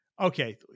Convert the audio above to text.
Okay